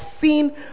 seen